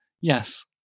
yes